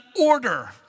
order